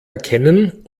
erkennen